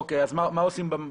אנשים?